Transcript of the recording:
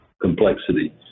Complexity